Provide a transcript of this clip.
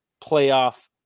playoff